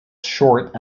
short